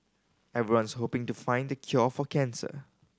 everyone's hoping to find the cure for cancer